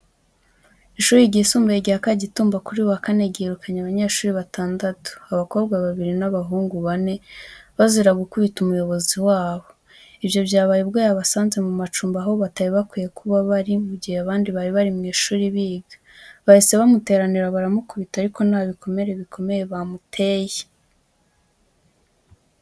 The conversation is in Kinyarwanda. Ishuri ryisumbuye rya Kagitumba, kuri uyu wa Kane ryirukanye abanyeshuri batandatu, abakobwa babiri n’abahungu bane, bazira gukubita umuyobozi wabo. Ibyo byabaye ubwo yabasanze mu macumbi aho batari bakwiye kuba bari mu gihe abandi bari mu ishuri biga. Bahise bamuteranira baramukubita, ariko nta bikomere bikomeye bamuteye.